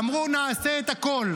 אמרו: נעשה את הכול,